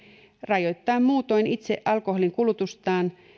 rajoittaa muutoin itse alkoholin kulutustaan